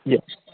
yes